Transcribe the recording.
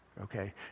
okay